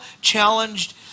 challenged